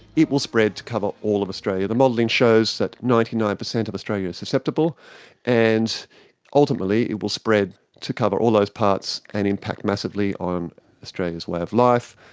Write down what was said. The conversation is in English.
it will spread to cover all of australia. the modelling shows that ninety nine percent of australia is susceptible and ultimately it will spread to cover all those parts and impact massively on australia's way of life,